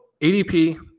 adp